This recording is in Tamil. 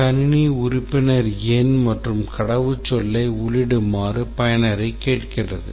கணினி உறுப்பினர் எண் மற்றும் கடவுச்சொல்லை உள்ளிடுமாறு பயனரைக் கேட்கிறது